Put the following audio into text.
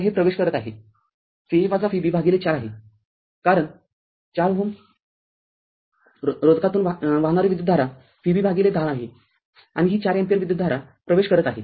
तर हे प्रवेश करत आहे Va Vb भागिले ४ आहेकारण हा ४ Ω रोधक यामधून वाहणारी विद्युतधारा Vb भागिले १० आहे आणि ही ४ अँपिअर विद्युतधारा प्रवेश करत आहे